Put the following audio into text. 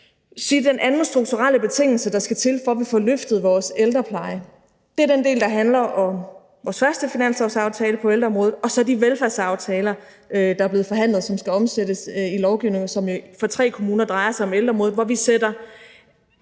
den anden strukturelle betingelse, der skal til, for at vi får løftet vores ældrepleje, er den del, der handler om vores første finanslovsaftale på ældreområdet og så de velfærdsaftaler, der er blevet forhandlet, og som skal omsættes i lovgivning, og som for tre kommuners vedkommende drejer sig om ældreområdet. Vi sætter